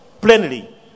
plainly